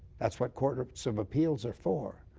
that's what courts of appeals are for.